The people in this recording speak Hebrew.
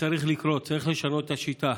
שצריך לקרות, צריך לשנות את השיטה.